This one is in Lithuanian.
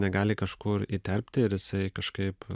negali kažkur įterpti ir jisai kažkaip